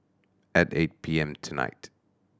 at eight P M tonight